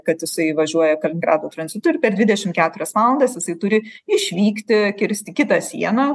kad jisai važiuoja į kaliningradą tranzitu ir per dvidešim keturias valandas jisai turi išvykti kirsti kitą sieną